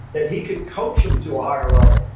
that he could coach them to a higher level,